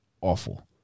awful